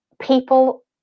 people